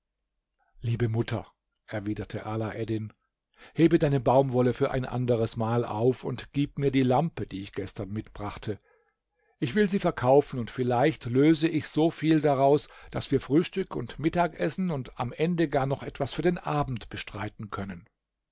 liebe mutter erwiderte alaeddin hebe deine baumwolle für ein anderes mal auf und gib mir die lampe die ich gestern mitbrachte ich will sie verkaufen und vielleicht löse ich so viel daraus daß wir frühstück und mittagessen und am ende gar noch etwas für den abend bestreiten können